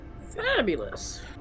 Fabulous